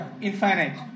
infinite